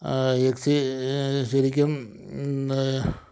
എക്സി ശരിക്കും